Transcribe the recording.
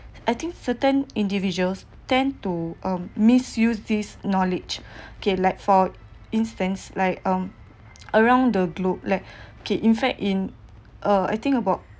I think certain individuals tend to um misuse this knowledge okay like for instance like um around the globe like okay in fact in uh I think about